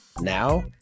Now